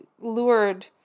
lured